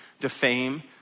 defame